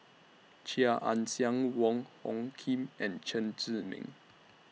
Chia Ann Siang Wong Hung Khim and Chen Zhiming